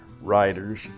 writers